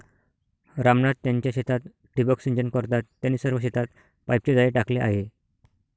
राम नाथ त्यांच्या शेतात ठिबक सिंचन करतात, त्यांनी सर्व शेतात पाईपचे जाळे टाकले आहे